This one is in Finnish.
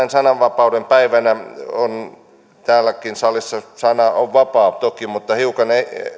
sananvapauden päivänä täällä salissakin sana on toki vapaa mutta hiukan